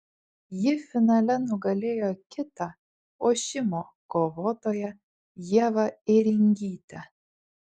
ji finale nugalėjo kitą ošimo kovotoją ievą ėringytę